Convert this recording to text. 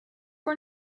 for